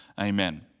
Amen